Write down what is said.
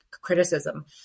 criticism